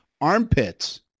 armpits